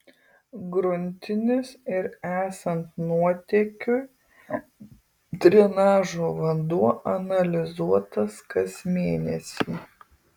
gruntinis ir esant nuotėkiui drenažo vanduo analizuotas kas mėnesį